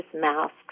masks